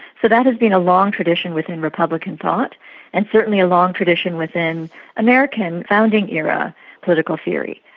so that has been a long tradition within republican thought and certainly a long tradition within american founding-era political theory.